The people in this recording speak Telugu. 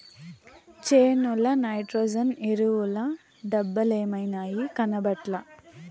చేనుల నైట్రోజన్ ఎరువుల డబ్బలేమైనాయి, కనబట్లా